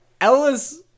Ellis